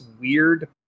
weird